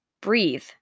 Breathe